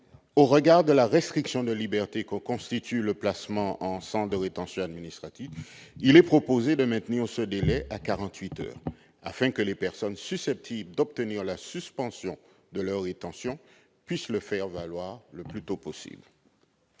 Au regard de la restriction de liberté que constitue ce placement, il est proposé de maintenir ce délai à 48 heures, afin que les personnes susceptibles d'obtenir la suspension de leur rétention puissent le faire valoir le plus tôt possible.